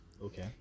Okay